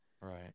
right